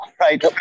right